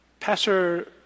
Pastor